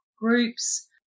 groups